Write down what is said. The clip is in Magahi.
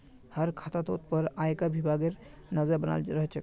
हर खातातोत पर आयकर विभागेर नज़र बनाल रह छे